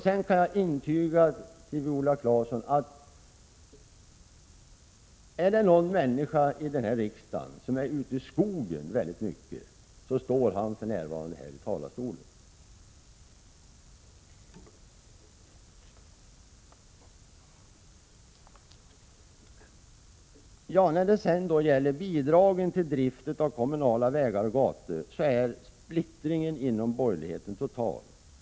Så kan jag för Viola Claeson intyga att om det är någon människa i den här riksdagen som vistas mycket ute i skogen så är det den som för närvarande står i talarstolen. I fråga om bidragen till drift av kommunala vägar och gator är splittringen inom borgerligheten total.